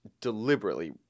deliberately